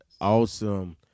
Awesome